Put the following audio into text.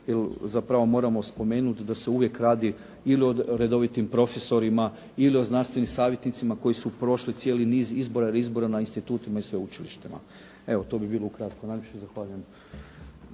Jer za pravo moramo spomenuti da se uvijek radi ili o redovitim profesorima ili o znanstvenim savjetnicima koji su prošli cijeli niz izbora ili reizbora na institutima i sveučilištima. Evo to bi bilo ukratko. Najljepše zahvaljujem.